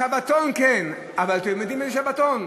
שבתון כן, אבל אתם יודעים איזה שבתון?